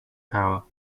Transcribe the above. power